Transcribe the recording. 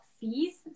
fees